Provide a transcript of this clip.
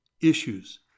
issues